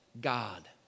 God